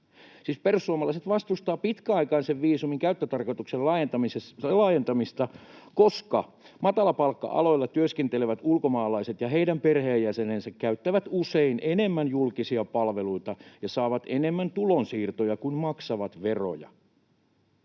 perussuomalaiset vastustavat pitkäaikaisen viisumin käyttötarkoituksen laajentamista, koska matalapalkka-aloilla työskentelevät ulkomaalaiset ja heidän perheenjäsenensä käyttävät usein enemmän julkisia palveluita ja saavat enemmän tulonsiirtoja kuin maksavat veroja.